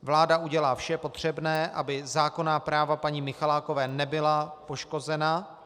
Vláda udělá vše potřebné, aby zákonná práva paní Michalákové nebyla poškozena.